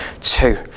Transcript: two